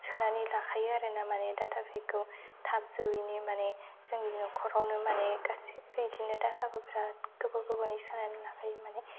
सोनानै लाखायो आरोना माने डाटा फेकखौ थाब जोबैनि माने जोंनि न'खरावनो माने गासैबो बिदिनो डाटाखौ बिरात गोबाव गोबावनि सोनानै लाखायो माने